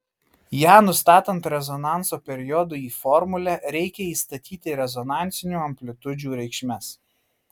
ją nustatant rezonanso periodui į formulę reikia įstatyti rezonansinių amplitudžių reikšmes